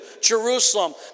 Jerusalem